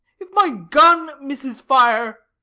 if my gun misses fire,